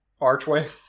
archway